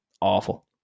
awful